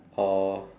oh